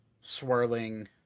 swirling